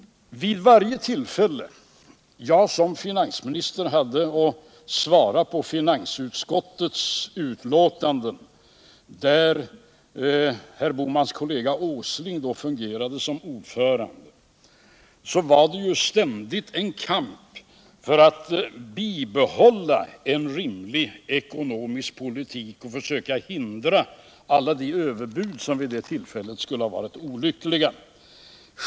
Vid varje tillfälle jag som finansminister hade att svara på betänkanden från finansutskottet, där herr Bohmans kollega Nils Åsling då fungerade som ordförande, fick jag ständigt föra en kamp för att bibehålla en rimlig ekonomisk politik och försöka hindra alla era överbud. Det skulle vid dessa tillfällen ha varit olyckligt om de gått igenom.